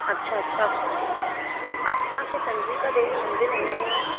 अच्छा अच्छा असां असांखे चंद्रिका देवी मंदरु वञिणो आहे